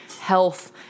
health